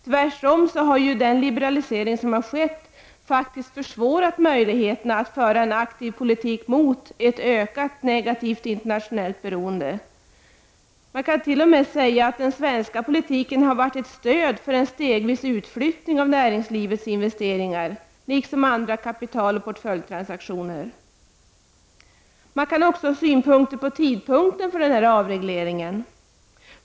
Tvärtom har den liberalisering som skett försvårat möjligheten att föra en aktiv politik mot ett ökat negativt internationellt beroende. Man kan t.o.m. säga att den svenska politiken har varit ett stöd till en stegvis utflyttning av näringslivets investeringar liksom andra kapitaloch portföljtransaktioner. Man kan också ha synpunkter på tidpunkten för avregleringen.